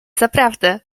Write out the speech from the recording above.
zaprawdę